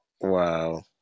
Wow